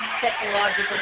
technological